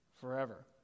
forever